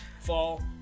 fall